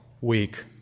week